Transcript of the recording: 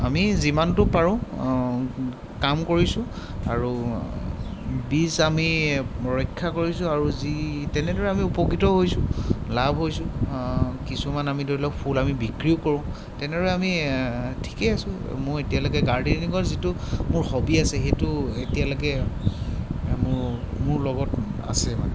আমি যিমানটো পাৰোঁ কাম কৰিছোঁ আৰু বীজ আমি ৰক্ষা কৰিছোঁ আৰু যি তেনেদৰে আমি উপকৃতও হৈছোঁ লাভ হৈছোঁ কিছুমান আমি ধৰি লওক ফুল আমি বিক্ৰীও কৰোঁ তেনেদৰে আমি থিকেই আছোঁ মোৰ এতিয়ালৈকে গাৰ্ডেনিঙৰ যিটো মোৰ হবী আছে সেইটো এতিয়ালৈকে মো মোৰ লগত আছে মানে